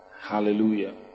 Hallelujah